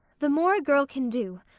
the more a girl can do,